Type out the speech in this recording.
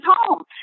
home